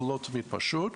זה לא תמיד פשוט.